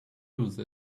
lose